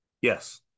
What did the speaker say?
Yes